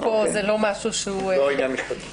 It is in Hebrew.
זה לא משהו --- לא עניין משפטי.